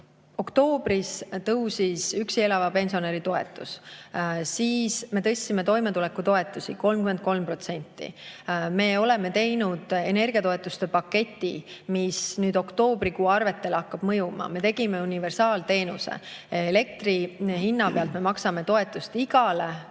Oktoobris tõusis üksi elava pensionäri toetus ja me tõstsime ka toimetulekutoetusi 33%. Me oleme teinud energiatoetuste paketi, mis nüüd oktoobrikuu arvetele hakkab mõjuma. Me tegime universaalteenuse ja maksame elektri hinna pealt toetust igale perele